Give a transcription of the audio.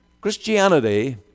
Christianity